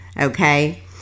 okay